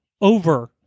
over